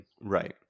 Right